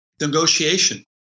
negotiation